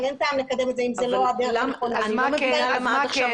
אין טעם לקדם את זה אם זה לא --- אני לא מבינה למה עד עכשיו